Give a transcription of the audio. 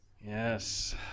Yes